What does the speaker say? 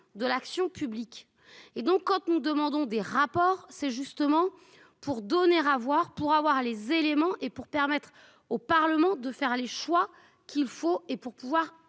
de l'action publique et donc quand nous demandons des rapports. C'est justement pour donner à voir pour avoir les éléments et pour permettre au Parlement de faire les choix qu'il faut et pour pouvoir